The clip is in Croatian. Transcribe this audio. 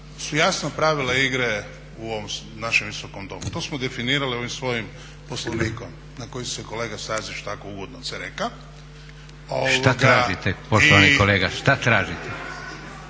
su jasna pravila igre u ovom našem Visokom domu. To smo definirali ovim svojim Poslovnikom na koji se kolega Stazić tako ugodno cereka. **Leko, Josip (SDP)** Šta tražite